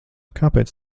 kāpēc